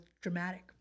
dramatic